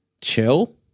Chill